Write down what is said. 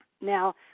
Now